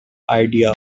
idea